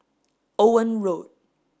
Owen Road